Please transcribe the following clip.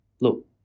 Look